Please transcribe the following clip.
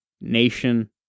nation